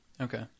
Okay